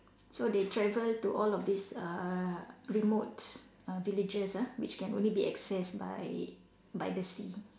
so they travel to all of these uh remotes uh villages ah which can only be accessed by by the sea